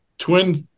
twins